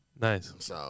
Nice